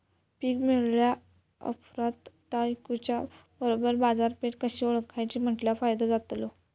पीक मिळाल्या ऑप्रात ता इकुच्या बरोबर बाजारपेठ कशी ओळखाची म्हटल्या फायदो जातलो?